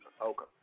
Okay